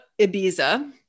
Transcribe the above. Ibiza